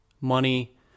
money